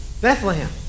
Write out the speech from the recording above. Bethlehem